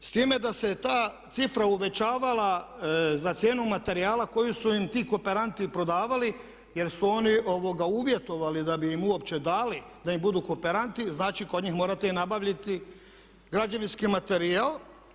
S time da se ta cifra uvećavala za cijenu materijala koju su im ti kooperanti prodavali jer su oni uvjetovali da bi im uopće dali da im budu kooperanti, znači kod njih morate i nabavljati građevinski materijal.